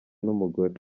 n’umugore